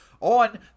on